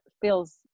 feels